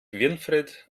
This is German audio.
winfried